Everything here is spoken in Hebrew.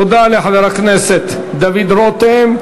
תודה לחבר הכנסת דוד רותם.